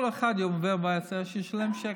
כל אחד שעובר במעבר חציה, שישלם שקל.